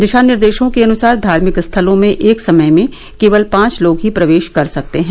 दिशानिर्दशों के अनुसार धार्मिक स्थलों में एक समय में केवल पांच लोग ही प्रवेश कर सकते हैं